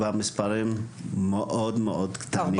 והמספרים מאוד קטנים.